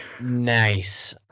nice